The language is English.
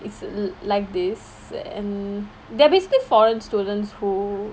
it's like this and there will be these foreign students who